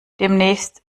demnächst